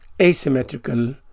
Asymmetrical